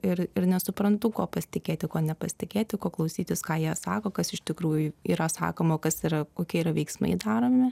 ir ir nesuprantu kuo pasitikėti kuo nepasitikėti ko klausytis ką jie sako kas iš tikrųjų yra sakoma o kas yra kokie yra veiksmai daromi